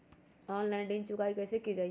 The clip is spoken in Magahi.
ऑनलाइन ऋण चुकाई कईसे की ञाई?